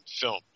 film